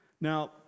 Now